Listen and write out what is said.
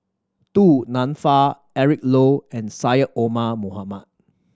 Du Nanfa Eric Low and Syed Omar Mohamed